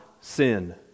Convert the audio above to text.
sin